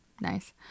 nice